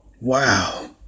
Wow